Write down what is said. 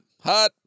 Hot